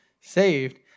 saved